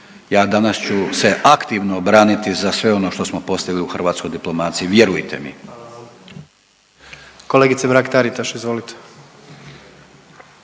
Ja danas ću se aktivno braniti za sve ono što smo postigli u hrvatskoj diplomaciji, vjerujte mi.